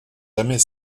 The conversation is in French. jamais